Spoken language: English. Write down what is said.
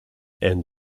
and